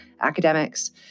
academics